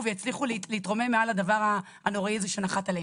ויצליחו מעל הדבר הנוראי הזה שנחת עליהם.